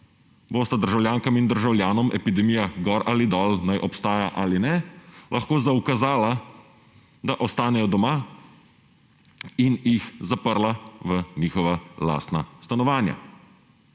bosta državljankam in državljanom – epidemija gor ali dol, naj obstaja ali ne – lahko zaukazala, da ostanejo doma in jih zaprla v njihova lastna stanovanja.